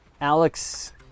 Alex